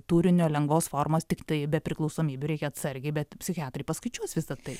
turinio lengvos formos tiktai be priklausomybių reikia atsargiai bet psichiatrai paskaičiuos visa tai